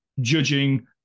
judging